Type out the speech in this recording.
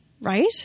Right